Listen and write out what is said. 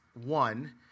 one